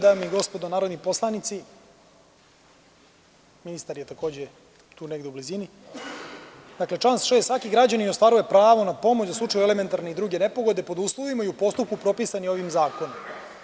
Dame i gospodo narodni poslanici, ministar je takođe tu negde u blizini, članom 6. svaki građanin ostvaruje pravo na pomoć u slučaju elementarne i druge nepogode pod uslovima i u postupku propisanim ovim zakonom.